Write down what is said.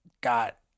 got